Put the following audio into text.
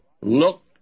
look